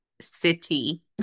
city